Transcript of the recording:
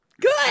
Good